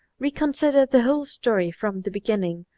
reconsider the whole story from the beginning,